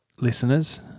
listeners